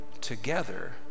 together